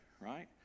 right